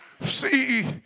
See